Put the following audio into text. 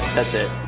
that's it.